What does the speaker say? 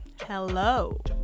hello